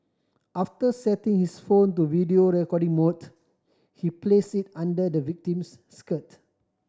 after setting his phone to video recording mode he place it under the victim's skirt